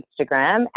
Instagram